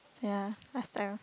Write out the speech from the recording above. ya last time